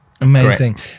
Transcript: amazing